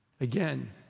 Again